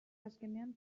azkenean